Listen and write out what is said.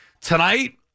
Tonight